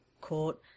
court